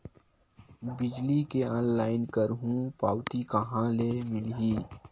बिजली के ऑनलाइन करहु पावती कहां ले मिलही?